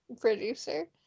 producer